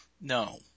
No